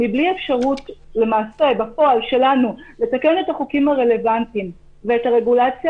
בלי אפשרות בפועל שלנו לתקן את החוקים הרלוונטיים ואת הרגולציה